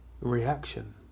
reaction